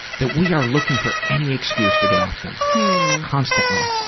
that we are looking for any excuse to get off them constantly,